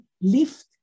lift